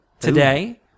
today